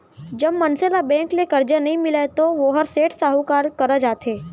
जब मनसे ल बेंक ले करजा नइ मिलय तो वोहर सेठ, साहूकार करा जाथे